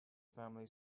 family